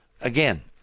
Again